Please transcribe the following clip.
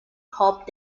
hop